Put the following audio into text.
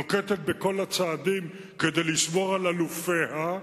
נוקטת את כל הצעדים כדי לשמור על אלופיה,